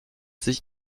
sich